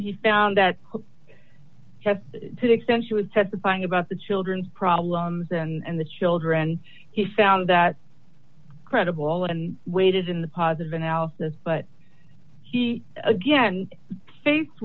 he found that to the extent she was testifying about the children's problems and the children he found that credible and weighted in the positive analysis but he again faced